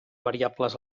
variables